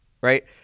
right